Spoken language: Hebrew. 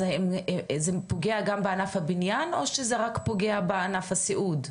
זה פוגע גם בענף הבניין או שזה רק פוגע בענף הסיעוד?